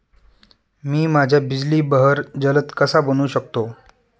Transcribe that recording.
मी माझ्या बिजली बहर जलद कसा बनवू शकतो?